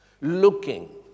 looking